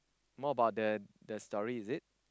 more about the the story is it